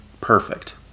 perfect